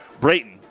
Brayton